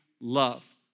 love